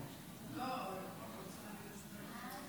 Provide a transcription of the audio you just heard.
אולי אני אקרא לך ששי, זה יעזור?